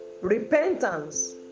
repentance